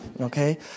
Okay